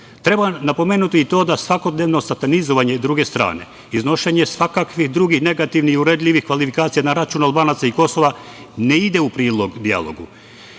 napomenuti i to da svakodnevno satanizovanje druge strane, iznošenje svakakvih drugih negativnih i uvredljivih kvalifikacija na račun Albanaca i Kosova ne ide u prilog dijalogu.